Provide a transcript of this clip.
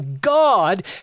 God